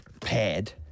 pad